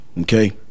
okay